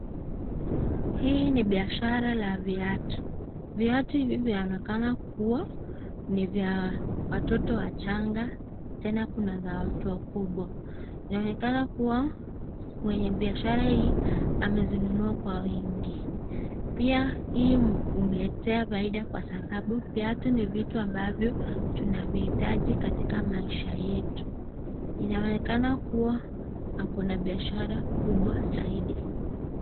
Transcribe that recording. Hii ni biashara la viatu. Viatu hivi vinaonekana kuwa ni vya watoto wachanga, tena kuna za watu wakubwa. Inaonekana kuwa mwenye biashara hii amezinunua kwa wingi. Pia hii humletea faida kwa sababu viatu ni vitu ambavyo tunavihitaji katika maisha yetu. Inaonekana kuwa ako na biashara kubwa zaidi.